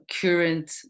current